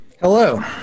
hello